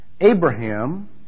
Abraham